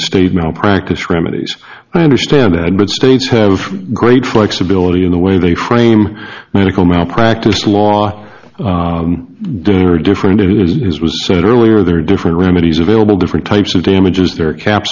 state malpractise remedies i understand that but states have great flexibility in the way they frame medical malpractise law dinner are different it is was said earlier there are different remedies available different types of damages there caps